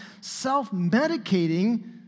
self-medicating